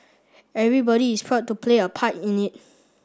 everybody is proud to play a part in it